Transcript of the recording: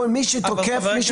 כול מי שתוקף מישהו,